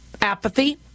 apathy